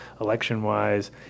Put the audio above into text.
election-wise